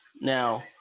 Now